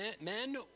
men